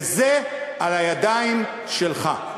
וזה על הידיים שלך.